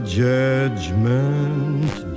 judgment